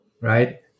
right